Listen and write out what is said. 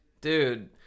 Dude